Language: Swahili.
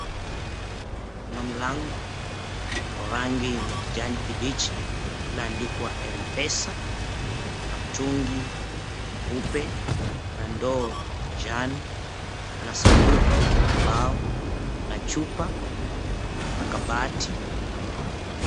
Kuna mlango wa rangi ya kijani kibichi imeandika mpesa na mtungi mweupe. Kuna ndoo ya manjano na sanduku la mbao. Kuna chupa na kabati.